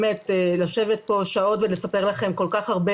באמת לשבת פה שעות ולספר לכם כל כך הרבה